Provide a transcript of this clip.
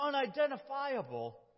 unidentifiable